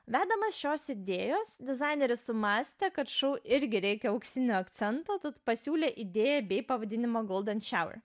vedamas šios idėjos dizaineris sumąstė kad šou irgi reikia auksinio akcento tad pasiūlė idėją bei pavadinimą guldant šiaurėn